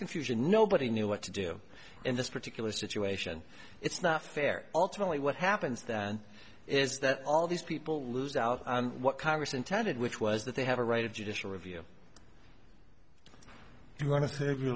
confusion nobody knew what to do in this particular situation it's not fair ultimately what happens then is that all these people lose out on what congress intended which was that they have a right of judicial review if you want